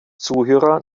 zuhörer